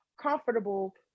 comfortable